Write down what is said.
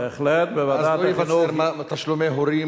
הביטוח הלאומי,